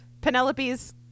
Penelope's